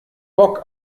bock